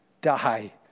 die